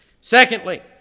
Secondly